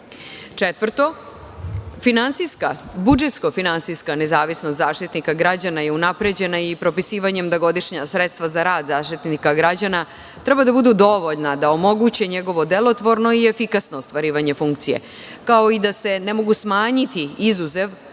akta. Četvrto, budžetsko-finansijska nezavisnost Zaštitnika građana je unapređena i propisivanjem da godišnja sredstva za rad Zaštitnika građana treba da budu dovoljna da omoguće njegovo delotvorno i efikasno ostvarivanje funkcije, kao i da se ne mogu smanjiti, izuzev